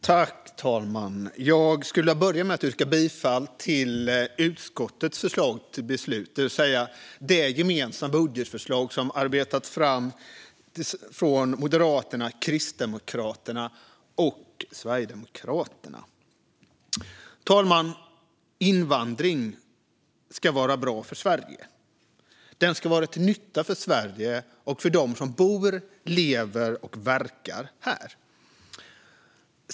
Fru talman! Jag ska börja med att yrka bifall till utskottets förslag till beslut, det vill säga det gemensamma budgetförslag som arbetats fram från Moderaterna, Kristdemokraterna och Sverigedemokraterna. Fru talman! Invandring ska vara bra för Sverige. Den ska vara till nytta för Sverige och för dem som bor, lever och verkar här.